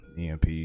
EMP